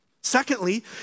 Secondly